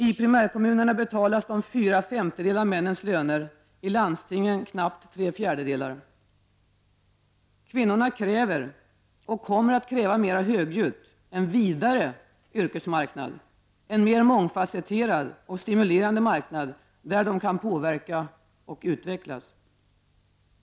I primärkommunerna betalas de med fyra femtedelar av männens löner och i landstingen med knappt tre fjärdedelar. Kvinnorna kräver, och kommer att kräva mera högljutt, en vidare yrkesmarknad samt en mer mångfasetterad och stimulerande marknad, där de kan påverka och utvecklas.